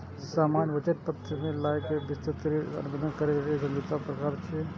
सामान्य वचन पत्र सं लए कए विस्तृत ऋण अनुबंध धरि ऋण समझौताक प्रकार छियै